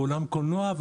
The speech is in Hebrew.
באולם קולנוע,